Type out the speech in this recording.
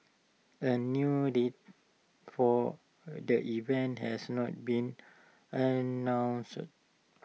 A new date for the event has not been announced